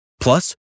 Plus